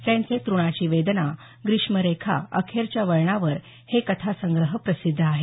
त्यांचे त़णाची वेदना ग्रीष्मरेखा अखेरच्या वळणावर हे कथासंग्रह प्रसिद्ध आहेत